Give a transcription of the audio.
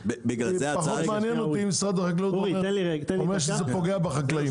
פחות מעניין אותי אם משרד החקלאות אומר שזה פוגע בחקלאים.